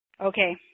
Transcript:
Okay